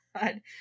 God